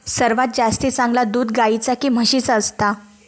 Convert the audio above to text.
सर्वात जास्ती चांगला दूध गाईचा की म्हशीचा असता?